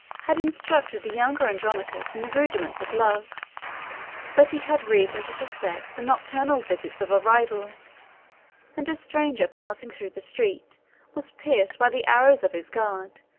had instructed the younger andronicus in the rudiments of love but he had reason to suspect the nocturnal visits of a rival and a stranger passing through the street was pierced by the arrows of his guards,